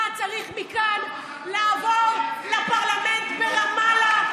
אתה צריך מכאן לעבור לפרלמנט ברמאללה.